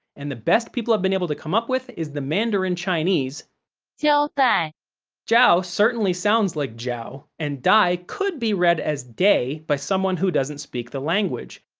and the best people have been able to come up with is the mandarin chinese so jiaodai. jiao certainly sounds like jow, and dai could be read as day by someone who doesn't speak the language,